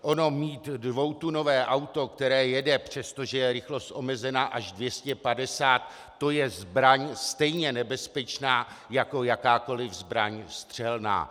Ono mít dvoutunové auto, které jede, přestože je rychlost omezena, až 250, to je zbraň stejně nebezpečná jako jakákoli zbraň střelná.